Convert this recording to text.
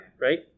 right